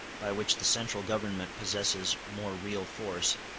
by which the central government possesses more real force,